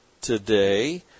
today